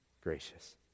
gracious